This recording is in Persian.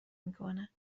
میکنه